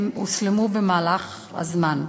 הם אוסלמו במהלך הזמן.